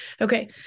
Okay